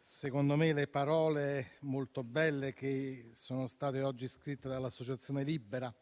secondo me, le parole molto belle scritte oggi dall'associazione Libera: